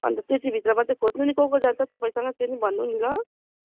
अन्त त्यति भित्रमा चाहिँ खोज्नु नि को को जान्छ तपाईँसँग त्यो पनि भन्नु नि ल